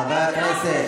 חברי הכנסת,